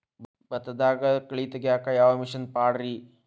ಭತ್ತದಾಗ ಕಳೆ ತೆಗಿಯಾಕ ಯಾವ ಮಿಷನ್ ಪಾಡ್ರೇ?